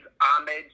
homage